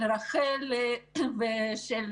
של רח"ל ושל